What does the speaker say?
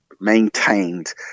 maintained